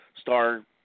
Star